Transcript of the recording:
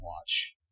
watch